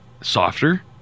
softer